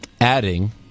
adding